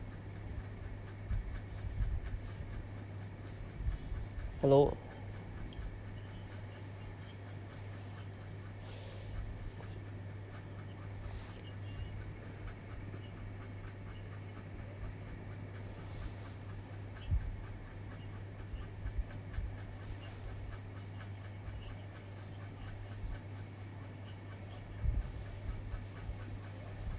hello